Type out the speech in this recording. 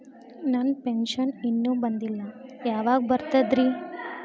ನನ್ನ ಪೆನ್ಶನ್ ಇನ್ನೂ ಬಂದಿಲ್ಲ ಯಾವಾಗ ಬರ್ತದ್ರಿ?